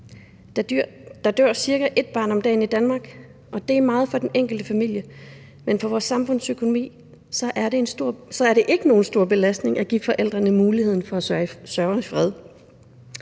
Der dør cirka et barn om dagen i Danmark, og det er meget for den enkelte familie, men for vores samfundsøkonomi er det ikke nogen stor belastning at give forældrene muligheden for at sørge i fred.